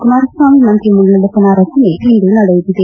ಕುಮಾರಸ್ವಾಮಿ ಮಂತ್ರಿಮಂಡಲದ ಪುನಾರಚನೆ ಇಂದು ನಡೆಯಲಿದೆ